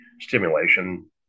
stimulation